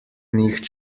nicht